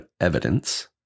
evidence